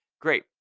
great